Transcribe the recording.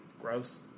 gross